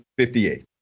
58